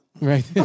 Right